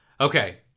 okay